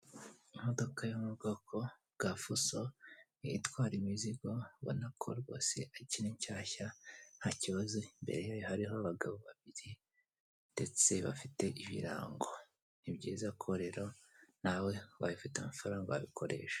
Imodoka yo mu bwoko bwa fuso itwara imizigo ubona ko rwose ikiri nshyashya nta kibazo, imbere yayo hariho abagabo babiri ndetse bafite ibirango, ni byiza ko rero nawe ubaye ufite amafaranga wabikoresha.